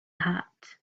hat